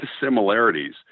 similarities